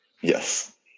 Yes